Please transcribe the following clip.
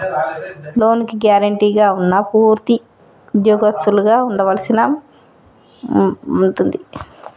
లోనుకి గ్యారెంటీగా ఉన్నా పూర్తి ఉద్యోగస్తులుగా ఉండవలసి ఉంటుంది